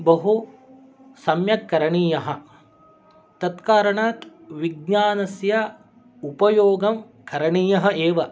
बहुसम्यक् करणीयः तत्कारणात् विज्ञानस्य उपयोगं करणीयम् एव